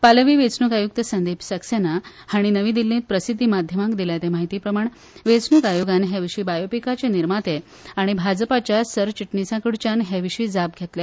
पालवी वेचणुक आयुक्त संदिप सक्सेना हाणी नवी दिल्लींत प्रसिध्दी माघ्यमाक दिल्या ते म्हायती प्रमाण वेचणुक आयोगान हे विशी बायोपिकाचे निर्माते आनी भाजपाच्या सरचिटणीसांकडच्यान हेविशी जाप घेतल्या